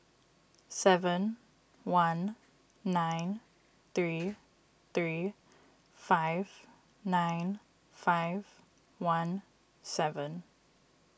seven one nine three three five nine five one seven